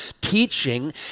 teaching